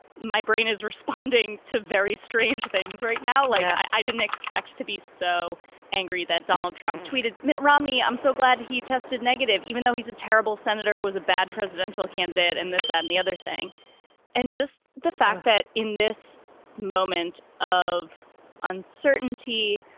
my brain is responding to very strange things right now. like i didn't expect it to be so angry that donald trump tweeted. mitt romney, i'm so glad he tested negative, even though he's a terrible senator, was a bad presidential candidate and this that and the other thing and just the fact that in this moment of uncertainty,